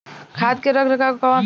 धान के रख रखाव कहवा करी?